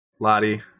Lottie